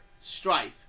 strife